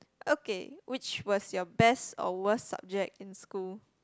okay which was your best or worst subject in school